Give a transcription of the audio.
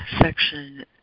Section